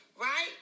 Right